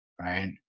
Right